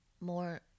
more